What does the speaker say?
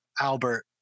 Albert